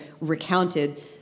recounted